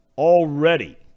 Already